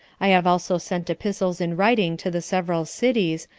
i have also sent epistles in writing to the several cities,